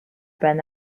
pan